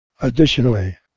Additionally